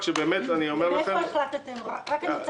רק שבאמת אני אומר לכם --- מאיפה החלטתם לקצץ?